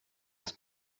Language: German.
des